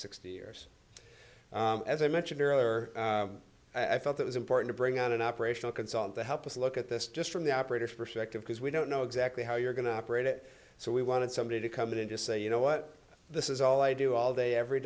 sixty years as i mentioned earlier i felt it was important to bring on an operational consultant to help us look at this just from the operators perspective because we don't know exactly how you're going to operate it so we wanted somebody to come in and just say you know what this is all i do all day every